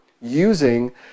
using